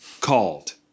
Called